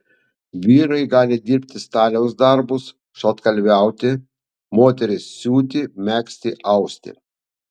vyrai gali dirbti staliaus darbus šaltkalviauti moterys siūti megzti austi